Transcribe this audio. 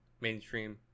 mainstream